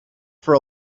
for